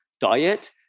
diet